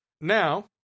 Now